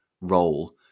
role